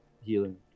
healing